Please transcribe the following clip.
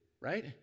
right